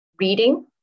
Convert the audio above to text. Reading